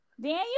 Daniel